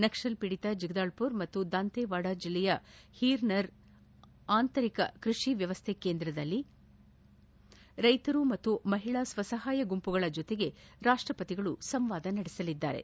ನಕ್ಸಲ್ ಪೀಡಿತ ಜಗದಾಲ್ಪುರ್ ಹಾಗೂ ದಂತೆವಾಡ ಜಿಲ್ಲೆಯ ಹೀರನರ್ ಆತಂರಿಕ ಕೃಷಿ ವ್ಯವಸ್ಥೆ ಕೇಂದ್ರದಲ್ಲಿ ರೈತರು ಮತ್ತು ಮಹಿಳಾ ಸ್ನಸಹಾಯ ಗುಂಪುಗಳ ಜೊತೆಗೆ ರಾಷ್ಟಪತಿ ಸಂವಾದ ನಡೆಸಲಿದ್ದಾರೆ